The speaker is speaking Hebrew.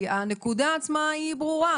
כי הנקודה עצמה ברורה,